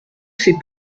ses